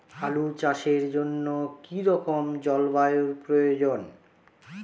আলু চাষের জন্য কি রকম জলবায়ুর প্রয়োজন?